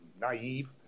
naive